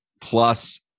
Plus